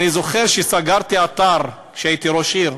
אני זוכר שסגרתי אתר, כשהייתי ראש עיר,